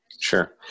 Sure